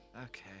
Okay